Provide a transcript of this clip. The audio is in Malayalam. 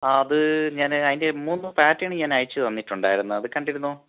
ആ അത് ഞാൻ അതിൻ്റെ മൂന്ന് പാറ്റേൺ ഞാൻ അയച്ചുതന്നിട്ടുണ്ടായിരുന്നു അത് കണ്ടിരുന്നോ